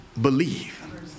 believe